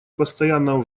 постоянного